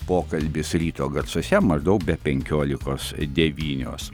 pokalbis ryto garsuose maždaug be penkiolikos devynios